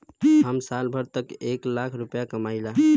हम साल भर में एक लाख रूपया कमाई ला